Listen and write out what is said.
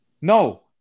no